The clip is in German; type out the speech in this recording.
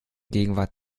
gegenwart